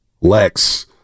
Lex